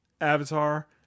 Avatar